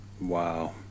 Wow